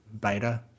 beta